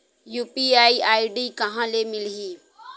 UPI ID कहां ले मिलही?